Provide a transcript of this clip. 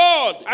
God